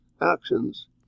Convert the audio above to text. actions